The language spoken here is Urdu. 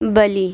بلی